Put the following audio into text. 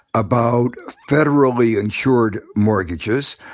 about federally insured mortgages,